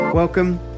Welcome